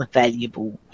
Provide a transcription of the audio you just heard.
valuable